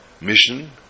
mission